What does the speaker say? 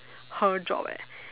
her job eh